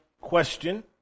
question